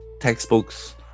textbooks